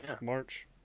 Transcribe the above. March